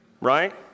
Right